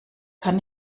kann